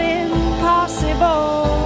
impossible